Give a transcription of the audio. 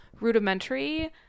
rudimentary